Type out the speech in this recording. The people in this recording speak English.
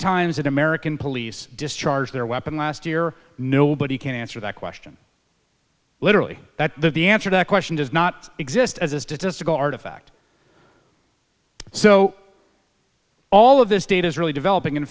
times in american police discharge their weapon last year nobody can answer that question literally that the answer that question does not exist as a statistical artifact so all of this data is really developing in